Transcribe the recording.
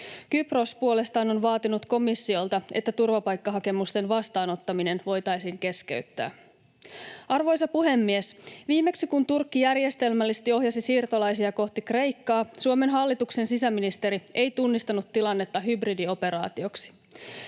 Kypros puolestaan on vaatinut komissiolta, että turvapaikkahakemusten vastaanottaminen voitaisiin keskeyttää. Arvoisa puhemies! Viimeksi kun Turkki järjestelmällisesti ohjasi siirtolaisia kohti Kreikkaa, Suomen hallituksen sisäministeri ei tunnistanut tilannetta hybridioperaatioksi.